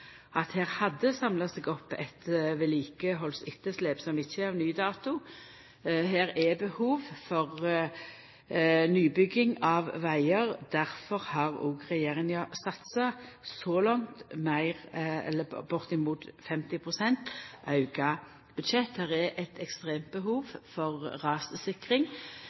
at her hadde det samla seg opp eit vedlikehaldsetterslep som ikkje er av ny dato. Her er det behov for nybygging av vegar, og difor har òg regjeringa så langt satsa bortimot 50 pst. i auka budsjett. Det er eit ekstremt behov for rassikring.